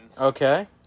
Okay